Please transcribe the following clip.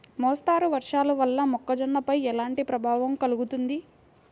మోస్తరు వర్షాలు వల్ల మొక్కజొన్నపై ఎలాంటి ప్రభావం కలుగుతుంది?